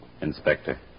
Inspector